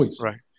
right